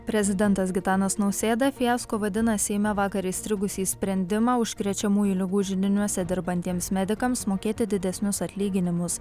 prezidentas gitanas nausėda fiasko vadina seime vakar įstrigusį sprendimą užkrečiamųjų ligų židiniuose dirbantiems medikams mokėti didesnius atlyginimus